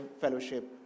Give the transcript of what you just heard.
fellowship